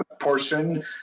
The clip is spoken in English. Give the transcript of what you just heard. portion